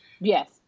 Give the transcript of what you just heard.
Yes